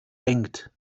denkt